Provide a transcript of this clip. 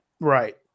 Right